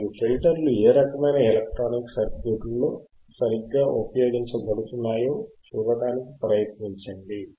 మరియు ఫిల్టర్లు ఏ రకమైన ఎలక్ట్రానిక్ సర్క్యూట్లలో సరిగ్గా ఉపయోగించబడుతున్నాయో చూడటానికి ప్రయత్నించండి